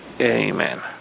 Amen